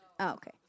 Okay